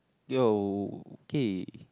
yo okay